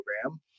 program